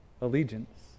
allegiance